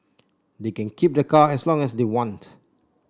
they can keep the car as long as they want